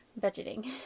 budgeting